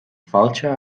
fáilte